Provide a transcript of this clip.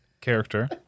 character